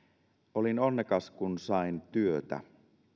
olin onnekas kun sain työtä